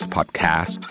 Podcast